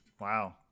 Wow